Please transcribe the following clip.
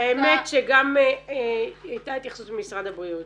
האמת שגם הייתה התייחסות ממשרד הבריאות.